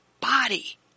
body